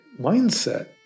mindset